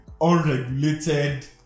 unregulated